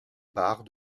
parts